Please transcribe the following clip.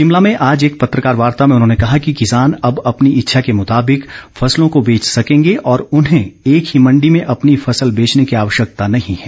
शिमला में आज एक पत्रकार वार्ता में उन्होंने कहा कि किसान अब अपनी इच्छा के मुताबिक फसलों को बेच सकेंगे और उन्हें एक ही मण्डी में अपनी फसल बेचने की आवश्यकता नहीं है